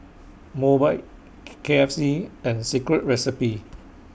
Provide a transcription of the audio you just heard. Mobike K F C and Secret Recipe